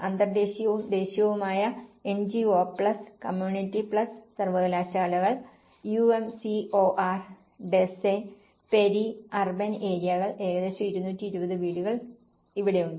അന്തർദേശീയവും ദേശീയവുമായ NGO plus community plus സർവ്വകലാശാലകൾ UMCOR ഡസ്സെ പെരി അർബൻ ഏരിയകൾ ഏകദേശം 220 വീടുകൾ ഇവിടെയുണ്ട്